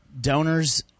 donors